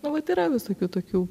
nu vat yra visokių tokių